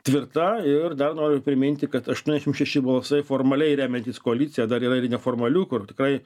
tvirta ir dar noriu priminti kad aštuoniasdešimt šeši balsai formaliai remiantis koalicija dar yra ir neformalių kur tikrai